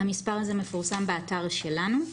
המספר הזה מפורסם באתר שלנו.